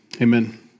Amen